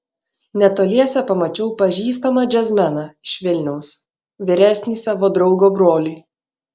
netoliese pamačiau pažįstamą džiazmeną iš vilniaus vyresnį savo draugo brolį